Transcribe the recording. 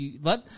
Let